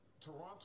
Toronto